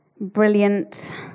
Brilliant